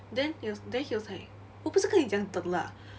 then he was then he was like 我不是跟你讲等啦